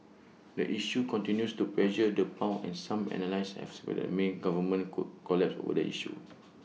the issue continues to pressure the pound and some analysts have speculated May's government could collapse over the issue